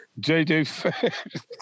JJ